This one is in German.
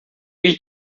mich